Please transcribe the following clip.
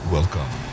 Welcome